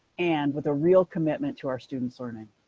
and with a real commitment to our students learning.